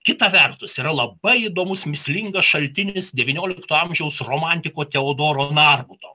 kita vertus yra labai įdomus mįslingas šaltinis devyniolikto amžiaus romantiko teodoro narbuto